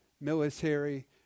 military